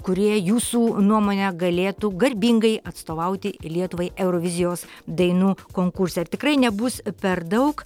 kurie jūsų nuomone galėtų garbingai atstovauti lietuvai eurovizijos dainų konkursą ar tikrai nebus per daug